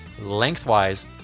lengthwise